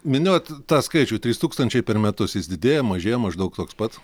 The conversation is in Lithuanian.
minėjot tą skaičių trys tūkstančiai per metus jis didėja mažėja maždaug toks pat